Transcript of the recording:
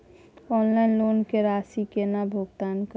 Online loan के राशि केना भुगतान करबे?